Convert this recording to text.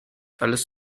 alles